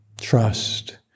trust